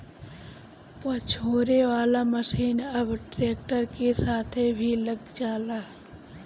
पछोरे वाला मशीन अब ट्रैक्टर के साथे भी लग जाला